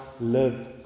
live